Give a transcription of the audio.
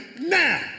now